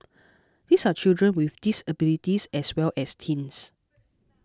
these are children with disabilities as well as teens